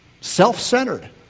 self-centered